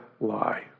lie